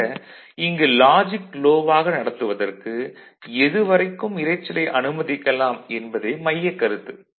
ஆக இங்கு logic low ஆக நடத்துவதற்கு எதுவரைக்கும் இரைச்சலை அனுமதிக்கலாம் என்பதே மையக் கருத்து